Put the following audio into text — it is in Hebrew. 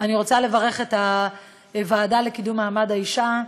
אני רוצה לברך את הוועדה לקידום מעמד האישה,